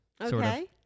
okay